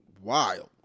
wild